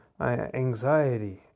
Anxiety